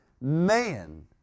man